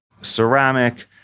ceramic